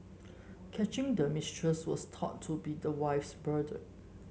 catching the mistress was thought to be the wife's burden